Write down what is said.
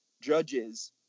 judges